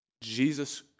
Jesus